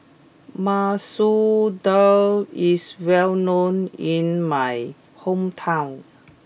Masoor Dal is well known in my hometown